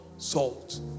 Salt